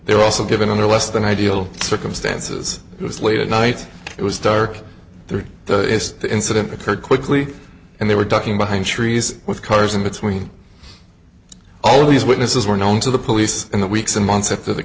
were also given under less than ideal circumstances it was late at night it was dark there the incident occurred quickly and they were talking behind trees with cars in between all these witnesses were known to the police in the weeks and months after the